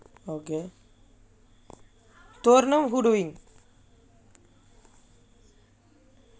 okay தோரணம்:thoranam who doing